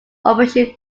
operation